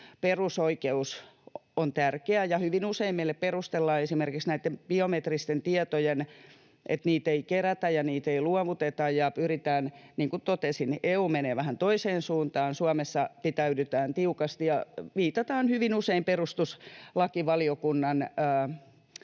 perusoikeus on tärkeä. Hyvin usein meille perustellaan esimerkiksi näitten biometristen tietojen osalta, että niitä ei kerätä ja niitä ei luovuteta ja pyritään... Niin kuin totesin, EU menee vähän toiseen suuntaan, Suomessa pitäydytään tiukasti ja viitataan hyvin usein perustuslakivaliokunnan